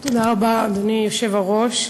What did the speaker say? אדוני היושב-ראש,